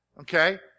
okay